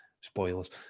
Spoilers